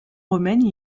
romaine